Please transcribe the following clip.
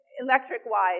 Electric-wise